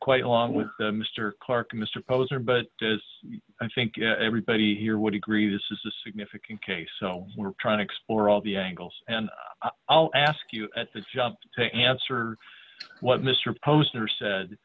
quite long with mister clarke mister posner but as i think everybody here would agree this is a significant case so we're trying to explore all the angles and i'll ask you at the jump to answer what mister posner said